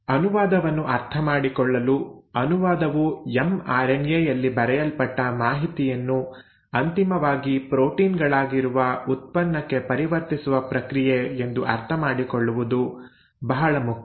ಅನುವಾದವನ್ನು ಅರ್ಥಮಾಡಿಕೊಳ್ಳಲು ಅನುವಾದವು ಎಮ್ಆರ್ಎನ್ಎ ಯಲ್ಲಿ ಬರೆಯಲ್ಪಟ್ಟ ಮಾಹಿತಿಯನ್ನು ಅಂತಿಮವಾಗಿ ಪ್ರೋಟೀನ್ ಗಳಾಗಿರುವ ಉತ್ಪನ್ನಕ್ಕೆ ಪರಿವರ್ತಿಸುವ ಪ್ರಕ್ರಿಯೆ ಎಂದು ಅರ್ಥಮಾಡಿಕೊಳ್ಳುವುದು ಬಹಳ ಮುಖ್ಯ